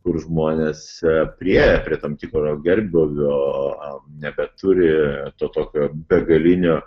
kur žmonės priėję prie tam tikro gerbūvio nebeturi to tokio begalinio